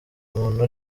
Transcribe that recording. umuntu